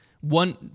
One